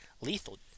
lethal